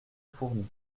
fournies